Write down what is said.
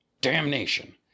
Damnation